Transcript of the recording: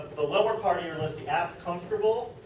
the lower part of your listing, app comfortable.